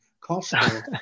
cost